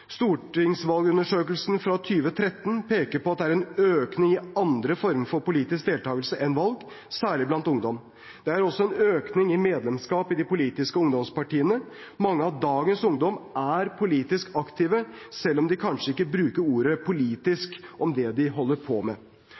Stortingsvalgundersøkelsen fra 2013 peker på at det er en økning i andre former for politisk deltakelse enn valg, særlig blant ungdom. Det er også en økning i medlemskap i politiske ungdomspartier. Mange av dagens ungdom er politisk aktive, selv om de kanskje ikke bruker ordet «politikk» om det de holder på med.